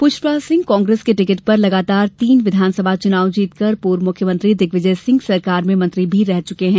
पुष्पराज सिंह कांग्रेस के टिकट पर लगातार तीन विधानसभा चुनाव जीतकर पूर्व मुख्यमंत्री दिग्विजय सिंह सरकार में मंत्री भी रह चुके हैं